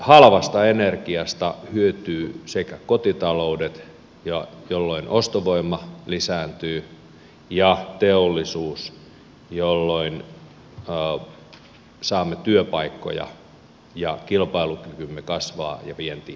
halvasta energiasta hyötyvät sekä kotitaloudet jolloin ostovoima lisääntyy että teollisuus jolloin saamme työpaikkoja ja kilpailukykymme kasvaa ja vienti vetää